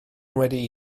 wedi